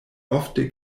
ofte